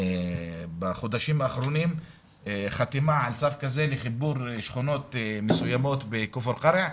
בחודשים האחרונים חתימה על צו כזה לחיבור שכונות מסוימות בכפר קרע,